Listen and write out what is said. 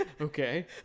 okay